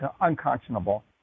unconscionable